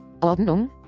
Ordnung